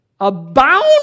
abound